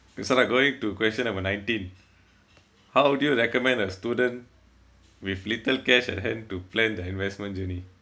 okay sala going to question number nineteen how do you recommend a student with little cash at hand to plan their investment journey